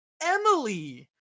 Emily